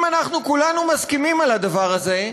אם אנחנו כולנו מסכימים על הדבר הזה,